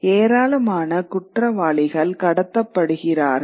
ஏராளமான குற்றவாளிகள் கடத்தப்படுகிறார்கள்